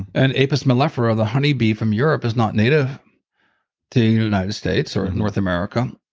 and apis mellifera, the honeybee from europe is not native the united states or in north america.